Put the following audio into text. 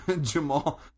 Jamal